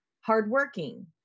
hardworking